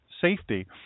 safety